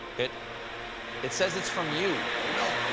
it it says it's from you? oh, no.